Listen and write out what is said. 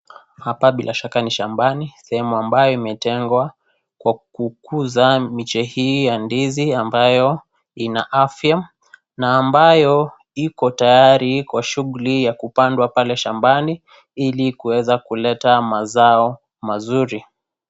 Hapa bilashaka ni shambani sehemu ambayo imetengwa kwa kukuza miche hii ya ndizi ambayo inaafya na ambayo iko tayari kwa shughuli ya kupandwa pale shambani ilikuweza kuleta mazao mazuri.